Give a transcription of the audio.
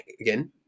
again